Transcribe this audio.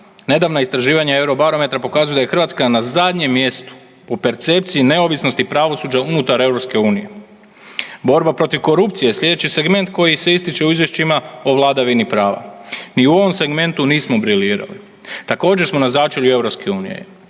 Nedavna istraživanja Eurobarometra pokazuju da je Hrvatska na zadnjem mjestu po percepciji neovisnosti pravosuđa unutar EU. Borba protiv korupcije sljedeći segment koji se ističe u izvješćima o vladavini prava, ni u ovom segmentu nismo briljirali, također smo na začelju EU.